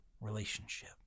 relationship